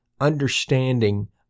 understanding